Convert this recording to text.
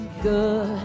good